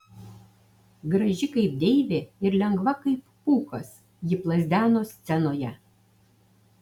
graži kaip deivė ir lengva kaip pūkas ji plazdeno scenoje